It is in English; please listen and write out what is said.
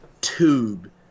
tube